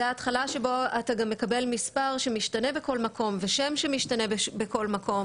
זה ההתחלה שבו אתה גם מקבל מספר שמשתנה בכל מקום ושם שמשתנה בכל מקום